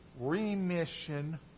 remission